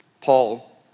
Paul